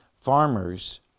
farmers